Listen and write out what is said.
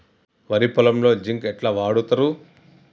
వరి పొలంలో జింక్ ఎట్లా వాడుతరు?